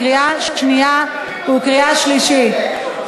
קריאה שנייה וקריאה שלישית.